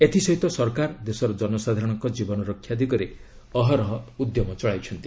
ଏଥିସହିତ ସରକାର ଦେଶର ଜନସାଧାରଣଙ୍କ ଜୀବନରକ୍ଷା ଦିଗରେ ଅହରହ ଉଦ୍ୟମ ଚଳାଇଛନ୍ତି